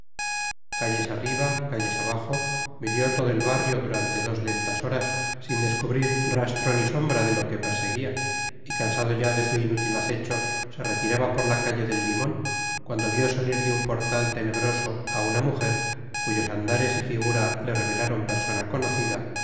calles arriba calles abajo midió todo el barrio durante dos lentas horas sin descubrir rastro ni sombra de lo que perseguía y cansado ya de su inútil acecho se retiraba por la calle del limón cuando vio salir de un portal tenebroso a una mujer cuyos andares y figura le revelaron persona conocida